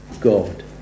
god